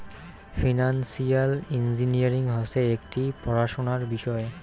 financial engineering হসে একটি পড়াশোনার বিষয়